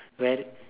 wear